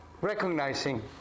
recognizing